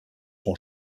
son